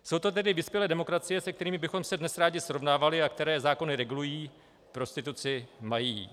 Jsou to tedy vyspělé demokracie, se kterými bychom se dnes rádi srovnávali a které zákony regulují, prostituci mají.